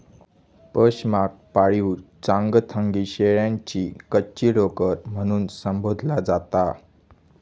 पशमाक पाळीव चांगथंगी शेळ्यांची कच्ची लोकर म्हणून संबोधला जाता